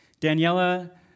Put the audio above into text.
Daniela